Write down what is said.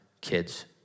kids